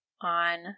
on –